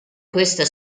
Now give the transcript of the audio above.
questa